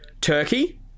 turkey